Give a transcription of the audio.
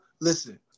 listen